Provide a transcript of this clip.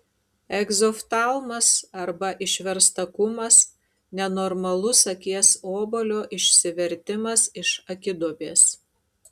egzoftalmas arba išverstakumas nenormalus akies obuolio išsivertimas iš akiduobės